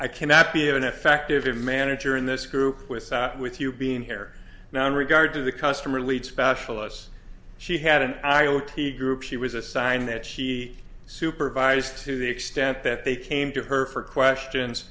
i cannot be an effective manager in this group without with you being here now in regard to the customer lead specialists she had an io t group she was assigned that she supervised to the extent that they came to her for questions